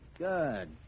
Good